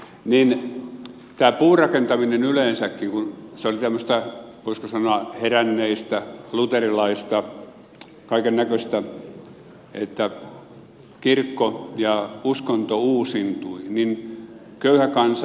kun tämä puurakentaminen yleensäkin oli tämmöistä voisiko sanoa heränneistä luterilaista kaikennäköistä että kirkko ja uskonto uusiutuivat niin köyhä kansa